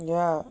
ya